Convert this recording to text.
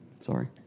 Sorry